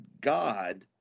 God